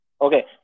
Okay